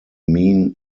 mean